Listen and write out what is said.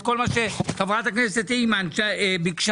את כל מה שחברת הכנסת אימאן ביקשה,